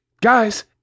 guys